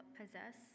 possess